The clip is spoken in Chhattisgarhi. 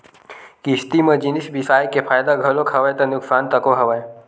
किस्ती म जिनिस बिसाय के फायदा घलोक हवय ता नुकसान तको हवय